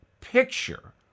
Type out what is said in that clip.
picture